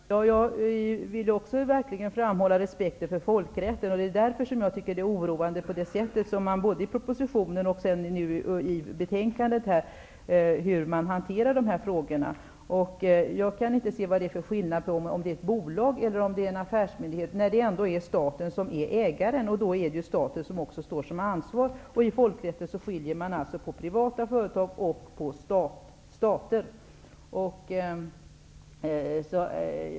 Fru talman! Jag vill också verkligen framhålla respekten för folkrätten. Det är ju mot den bakgrunden som jag tycker att det är oroande att man i både propositionen och betänkandet hanterar de här frågorna som man gör. Jag kan inte se att det skulle vara någon skillnad i detta sammanhang mellan ett bolag och en affärsmyndighet. Det är ju ändå staten som är ägare, och då är det staten som också är ansvarig. I folkrätten skiljer man alltså mellan privata företag och stater.